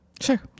Sure